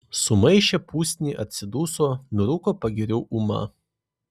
sumaišė pusnį atsiduso nurūko pagiriu ūma